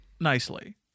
nicely